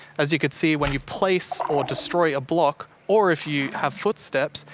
as you could see, when you place or destroy a block, or if you have footsteps,